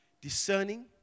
Discerning